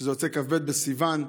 וזה יוצא כ"ב בסיוון.